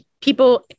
people